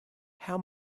how